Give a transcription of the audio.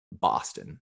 Boston